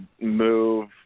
move